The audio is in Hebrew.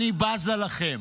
"אני בזה לכם,